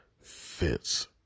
fits